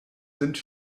sind